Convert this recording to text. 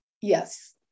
yes